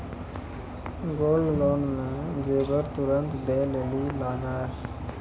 Gold loan मे जेबर तुरंत दै लेली लागेया?